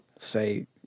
say